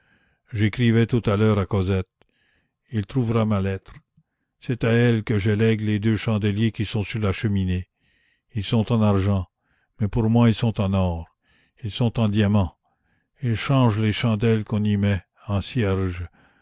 j'écrivais tout à l'heure à cosette elle trouvera ma lettre c'est à elle que je lègue les deux chandeliers qui sont sur la cheminée ils sont en argent mais pour moi ils sont en or ils sont en diamant ils changent les chandelles qu'on y met en